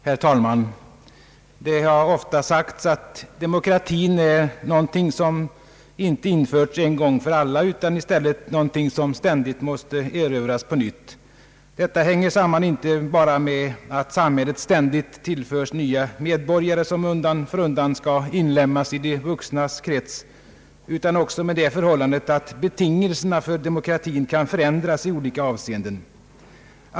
Herr talman! Det har ofta sagts att demokratin är något som inte införts en gång för alla utan något som ständigt måste erövras på nytt. Detta sammanhänger inte bara med att samhället ständigt tillförs nya medborgare som undan för undan skall inlemmas i de vuxnas krets utan också med det förhållandet att betingelserna för demokrati kan förändras i olika avseenden.